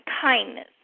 kindness